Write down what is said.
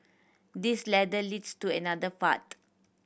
this ladder leads to another path